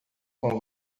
com